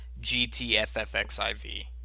GTFFXIV